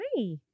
Hi